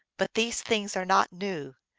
but these things are not new,